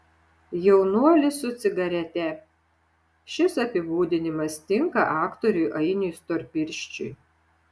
jaunuolis su cigarete šis apibūdinimas tinka aktoriui ainiui storpirščiui